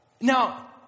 Now